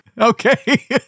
Okay